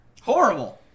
Horrible